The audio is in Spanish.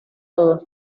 todos